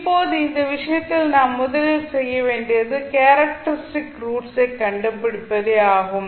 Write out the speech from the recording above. இப்போது இந்த விஷயத்தில் நாம் முதலில் செய்ய வேண்டியது கேரக்டரிஸ்டிக் ரூட்ஸ் ஐ கண்டுபிடிப்பதே ஆகும்